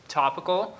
topical